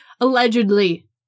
allegedly